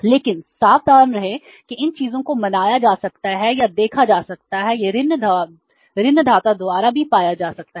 लेकिन सावधान रहें कि इन चीजों को मनाया जा सकता है या देखा जा सकता है या ऋणदाता द्वारा भी पाया जा सकता है